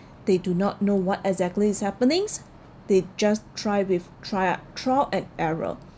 they do not know what exactly is happenings they just try with tria~ trial and error